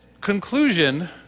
conclusion